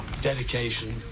dedication